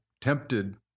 tempted